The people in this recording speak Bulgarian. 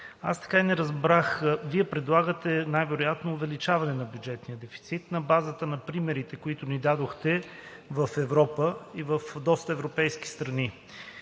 Аз така и не разбрах – Вие предлагате най-вероятно увеличаване на бюджетния дефицит на базата на примерите, които ни дадохте в Европа и в доста европейски страни.